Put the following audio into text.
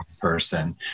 person